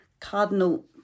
Cardinal